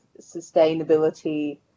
sustainability